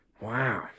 Wow